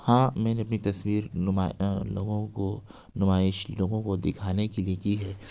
ہاں میں نے اپنی تصویر نما لوگوں کو نمائش لوگوں کو دکھانے کے لیے کی ہے